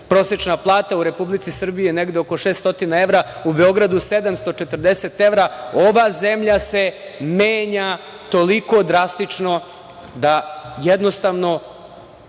Prosečna plata u Republici Srbiji je negde oko 600 evra, u Beogradu 740 evra. Ova zemlja se menja toliko drastično da jednostavno